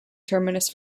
terminus